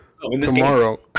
tomorrow